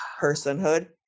personhood